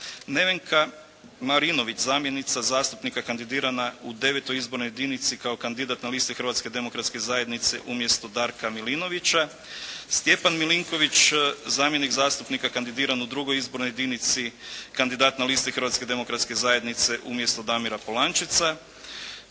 Nevenka Marinović zamjenica zastupnika kandidirana u IX. izbornoj jedinici kao kandidat na listi Hrvatske demokratske zajednice umjesto Darka Milinovića, Stjepan Milinković zamjenik zastupnika kandidiran u II. izbornoj jedinici kandidat na listi Hrvatske demokratske zajednice umjesto Damira Polančeca,